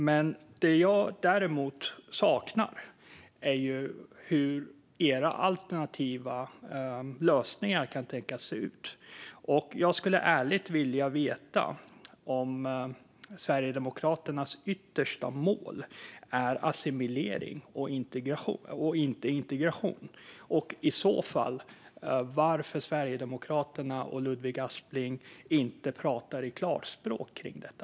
Men det jag saknar är hur Sverigedemokraternas alternativa lösningar kan tänkas se ut. Jag skulle ärligt vilja veta om Sverigedemokraternas yttersta mål är assimilering och inte integration, och i så fall varför Sverigedemokraterna och Ludvig Aspling inte talar klarspråk kring detta.